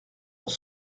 pour